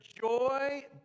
joy